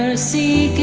ah c